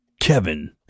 Kevin